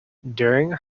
during